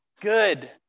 good